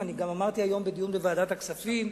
אני גם אמרתי היום בדיון בוועדת הכספים,